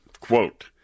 quote